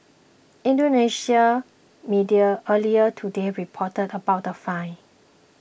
Indonesian media earlier today reported about the fine